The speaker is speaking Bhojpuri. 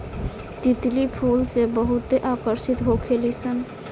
तितली फूल से बहुते आकर्षित होखे लिसन